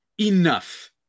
Enough